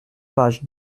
pages